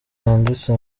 banditse